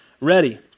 ready